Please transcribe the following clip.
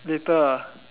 later